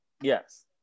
Yes